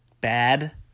Bad